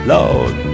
Lord